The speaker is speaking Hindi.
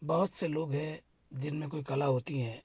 बहुत से लोग हैं जिनमें कोई कला होती है